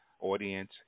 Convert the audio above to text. audience